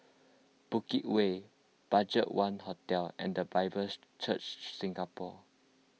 Bukit Way Budgetone Hotel and the Bible Church Singapore